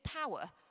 power